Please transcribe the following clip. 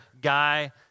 guy